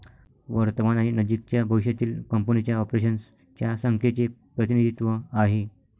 वर्तमान आणि नजीकच्या भविष्यातील कंपनीच्या ऑपरेशन्स च्या संख्येचे प्रतिनिधित्व आहे